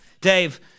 Dave